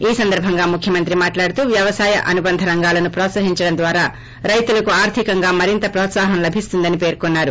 ఈ సందర్సంగా ముఖ్వమంత్రి మాట్లాడుతూ వ్యవసాయ అనుబంధ రంగాలను హ్రోత్సహించడం ద్వారా రైతులకు ఆర్షికంగా మరింత ప్రోత్సాహం లభిస్తుందని పేర్కొన్సారు